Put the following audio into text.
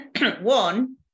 One